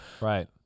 Right